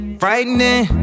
frightening